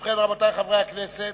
ובכן, רבותי חברי הכנסת,